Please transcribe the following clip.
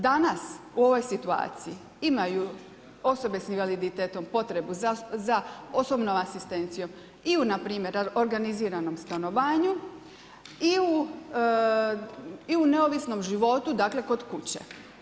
Danas u ovoj situaciji imaju osobe s invaliditetom potrebu za osobnom asistencijom i u npr. organiziranom stanovanju i u neovisnom životu dakle, kod kuće.